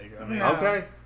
okay